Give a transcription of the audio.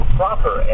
proper